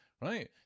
right